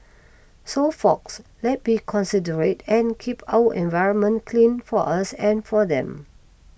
so folks let's be considerate and keep our environment clean for us and for them